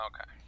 okay